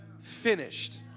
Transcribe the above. finished